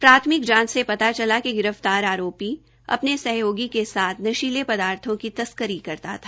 प्राथमिक जांच से पता चला कि गिरफ्तार आरोपी अपने सहयोगी के साथ नशीले पदार्थों की तस्करी करता था